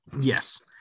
yes